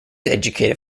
educated